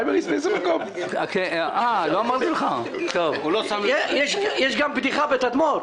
מי בעד אישור השקעת המדינה בהתאם לסעיף 10 לגבי תדמור,